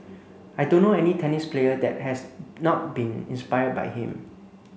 I don't know any tennis player that has not been inspired by him